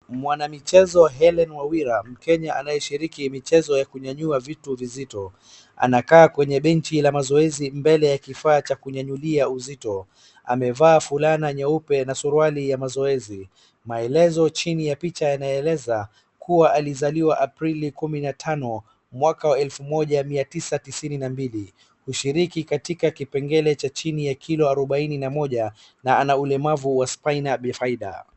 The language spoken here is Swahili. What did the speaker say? Mwanamichezo Hellen Wawira ,mkenya anayeshiriki michezo ya kunyanyua vitu vizito anakaa kwenye benchi la mazoezi mbele ya kifaa cha kunyanyulia uzito amevaa fulana nyeupe na suruali ya mazoezi maelezo chini ya picha yanaeleza kuwa alizaliwa Aprili kumi na tano mwaka wa elfu moja mia tisa tisini na mbili ,kushiriki katika kipengele cha chini ya kilo arubaini na moja na ana ulemavu wa spina bifida .